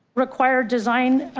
require design